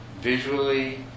visually